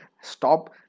stop